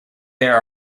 there